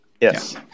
yes